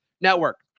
Network